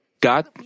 God